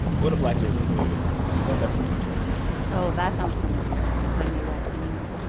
go to black neighborhoods. but that's pretty much it oh, that sounds familiar kanye west, anyone?